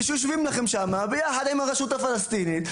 שיושבים שם יחד עם הרשות הפלסטינית.